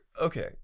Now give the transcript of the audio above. okay